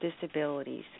disabilities